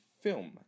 Film